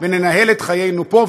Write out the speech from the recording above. וננהל את חיינו פה,